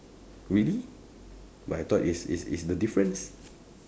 really but I thought is is is the difference